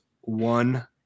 one